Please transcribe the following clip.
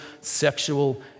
sexual